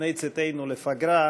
לפני צאתנו לפגרה,